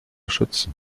schützen